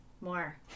more